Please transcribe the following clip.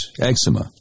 Eczema